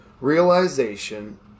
realization